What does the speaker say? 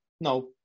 No